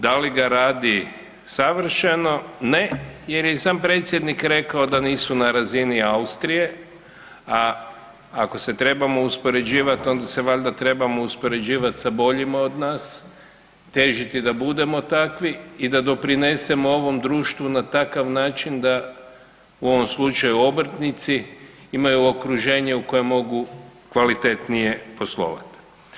Da li ga radi savršeno, ne, jer je i sam predsjednik rekao da nisu na razini Austrije, a ako se trebamo uspoređivati, onda se valjda trebamo uspoređivati sa boljima od nas, težiti da budemo takvi i da doprinesemo ovom društvu na takav način da u ovom slučaju obrtnici, imaju okruženje u kojem mogu kvalitetnije poslovati.